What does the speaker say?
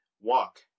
walk